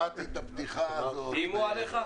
איימו עליך?